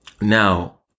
Now